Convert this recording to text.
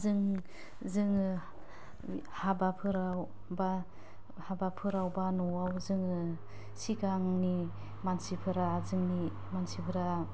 जों जोङो हाबाफोराव बा हाबाफोराव बा नआव जोङो सिगांनि मानसिफोरा जोंनि मानसिफोरा